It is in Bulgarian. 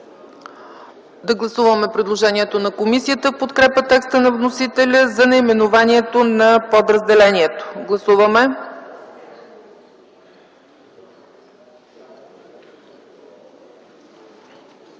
Да гласуваме предложението на комисията в подкрепа текста на вносителя за наименованието на подразделението. Гласували